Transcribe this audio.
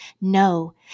No